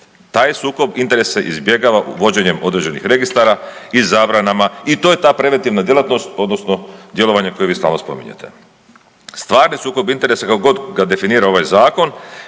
Taj se sukob interesa izbjegava vođenjem određenih registara i zabranama i to je ta preventivna djelatnost, odnosno djelovanje koje vi stalno spominjete. Stvarni sukob interesa kako god ga definira ovaj zakon